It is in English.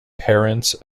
parents